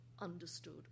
understood